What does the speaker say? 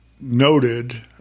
noted